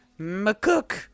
McCook